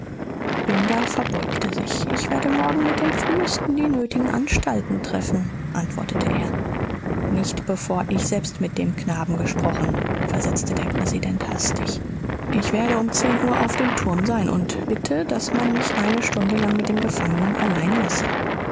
werde binder verbeugte sich ich werde morgen mit dem frühesten die nötigen anstalten treffen antwortete er nicht bevor ich selbst mit dem knaben gesprochen versetzte der präsident hastig ich werde um zehn uhr auf dem turm sein und bitte daß man mich eine stunde lang mit dem gefangenen allein lasse